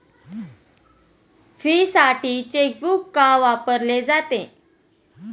फीसाठी चेकबुक का वापरले जाते?